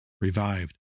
revived